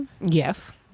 Yes